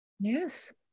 Yes